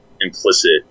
implicit